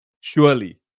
Surely